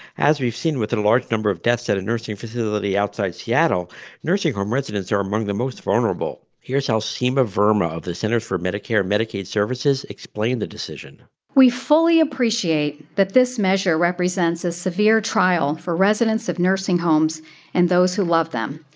as we've seen with and a large number of deaths at a nursing facility outside seattle nursing home residents are among the most vulnerable. here's how seema verma of the centers for medicare medicaid services explained the decision we fully appreciate that this measure represents a severe trial for residents of nursing homes and those who love them.